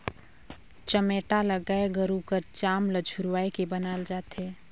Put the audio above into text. चमेटा ल गाय गरू कर चाम ल झुरवाए के बनाल जाथे